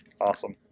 Awesome